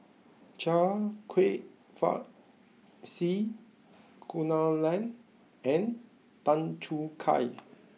Chia Kwek Fah C Kunalan and Tan Choo Kai